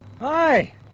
Hi